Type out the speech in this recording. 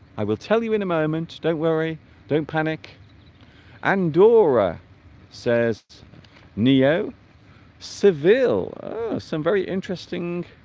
i will tell you in a moment don't worry don't panic and dora says neo seville some very interesting